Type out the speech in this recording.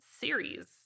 series